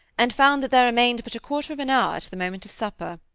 and found that there remained but a quarter of an hour to the moment of supper.